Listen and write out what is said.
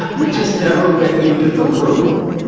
ah we just never went into the room.